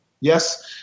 yes